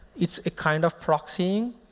it's a kind of proxying,